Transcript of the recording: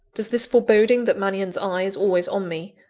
does this foreboding that mannion's eye is always on me,